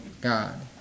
God